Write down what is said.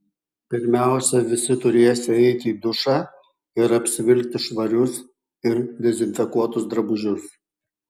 pirmiausia visi turėsią eiti į dušą ir apsivilkti švarius ir dezinfekuotus drabužius